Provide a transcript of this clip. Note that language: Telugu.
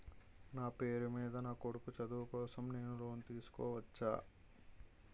నా పేరు మీద నా కొడుకు చదువు కోసం నేను లోన్ తీసుకోవచ్చా?